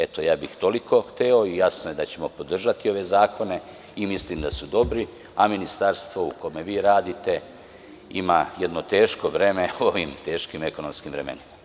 Eto, ja bih toliko hteo i jasno je da ćemo podržati ove zakone i mislim da su dobri, a Ministarstvo u kome vi radite ima jedno teško breme u ovim teškim ekonomskim vremenima.